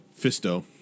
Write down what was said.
Fisto